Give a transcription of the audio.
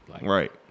Right